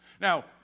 Now